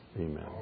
Amen